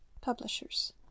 Publishers